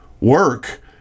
work